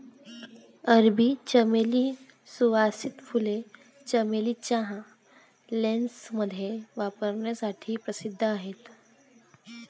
अरबी चमेली, सुवासिक फुले, चमेली चहा, लेसमध्ये वापरण्यासाठी प्रसिद्ध आहेत